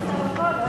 אדוני השר,